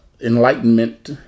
enlightenment